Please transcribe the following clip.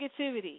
negativity